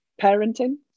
parenting